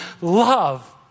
love